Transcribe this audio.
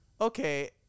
Okay